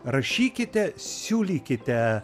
rašykite siūlykite